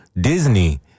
Disney